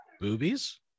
boobies